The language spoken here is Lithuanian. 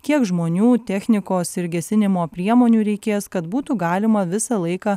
kiek žmonių technikos ir gesinimo priemonių reikės kad būtų galima visą laiką